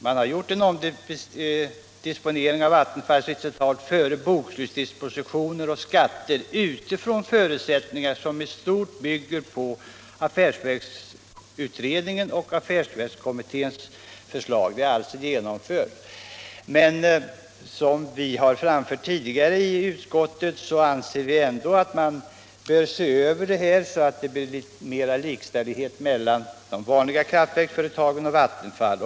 Man har gjort en omdisponering av Vattenfalls resultat före bokslutsdispositioner och skatter utifrån förutsättningar som i stort bygger på affärsverksutredningens och affärsverkskommitténs förslag. Det är alltså genomfört. Men såsom vi framfört tidigare i utskottet anser vi ändå att man bör se över det hela, så att det blir mer likställighet mellan de vanliga kraftverksföretagen och Vattenfall.